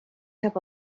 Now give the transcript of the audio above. have